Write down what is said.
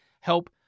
help